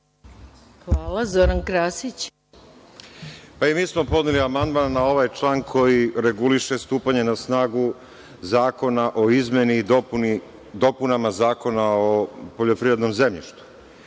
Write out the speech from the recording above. **Zoran Krasić** I mi smo podneli amandman na ovaj član koji reguliše stupanje na snagu Zakona o izmeni i dopunama Zakona o poljoprivrednom zemljištu.Za